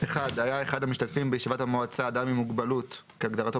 היה אחד המשתתפים בישיבת המועצה אדם עם מוגבלות כהגדרתו